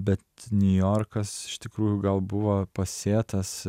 bet niujorkas iš tikrųjų gal buvo pasėtas